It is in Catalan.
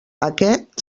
aquest